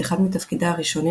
את אחד מתפקידיה הראשונים,